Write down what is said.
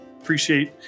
appreciate